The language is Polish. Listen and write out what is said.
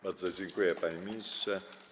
Bardzo dziękuję, panie ministrze.